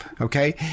Okay